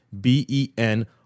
B-E-N